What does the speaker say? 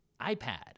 iPad